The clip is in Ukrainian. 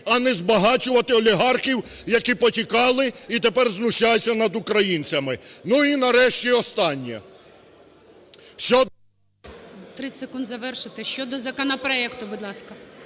а не збагачувати олігархів, які повтікали і тепер знущаються над українцями. Ну і нарешті останнє.